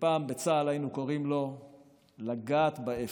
שפעם בצה"ל היינו קוראים לו "לגעת באפס".